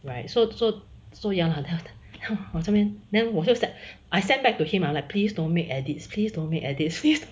right so so so ya lah then I was like 我在那边 then 我就想 I sent back to him I'm like please don't make edits pleased don't make edits